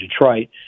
Detroit